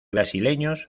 brasileños